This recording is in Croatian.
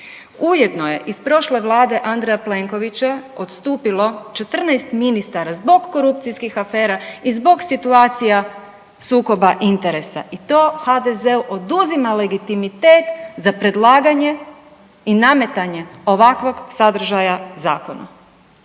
Ujedno je iz prošle Vlade Andreja Plenkovića odstupilo 14 ministara zbog korupcijskih afera i zbog situacija sukoba interesa. I to HDZ-u oduzima legitimitet za predlaganje i nametanje ovakvog sadržaja zakona.